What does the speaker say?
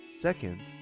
Second